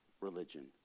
religion